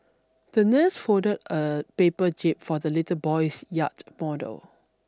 the nurse folded a paper jib for the little boy's yacht model